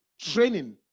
training